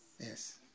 Yes